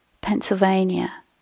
Pennsylvania